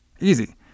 Easy